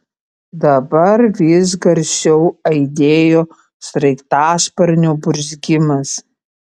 dabar vis garsiau aidėjo sraigtasparnio burzgimas